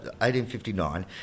1859